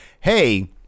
hey